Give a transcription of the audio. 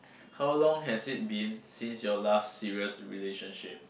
how long as it been since your last serious relationship